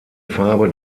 farbe